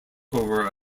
over